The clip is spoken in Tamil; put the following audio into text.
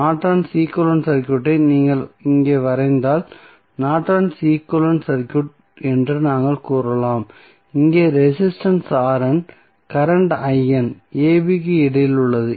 நார்டன்ஸ் ஈக்வலன்ட் சர்க்யூட்டை நீங்கள் இங்கே வரைந்தால் நார்டன்ஸ் ஈக்வலன்ட் சர்க்யூட் என்று நாங்கள் கூறலாம் இங்கே ரெசிஸ்டன்ஸ் கரண்ட் a b க்கு இடையில் உள்ளது